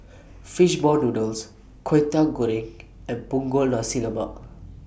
Fish Ball Noodles Kwetiau Goreng and Punggol Nasi Lemak